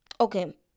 okay